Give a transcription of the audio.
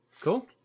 Cool